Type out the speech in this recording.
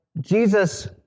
Jesus